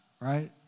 right